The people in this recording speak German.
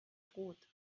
brot